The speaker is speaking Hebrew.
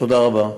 תודה רבה.